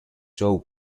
joe